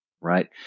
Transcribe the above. right